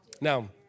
Now